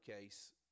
case